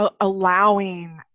allowing